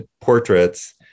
portraits